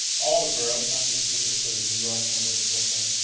all the boroughs, not just make it a sort of new york and a little brooklyn.